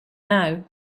now